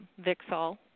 Vixal